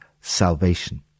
salvation